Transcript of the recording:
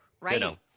Right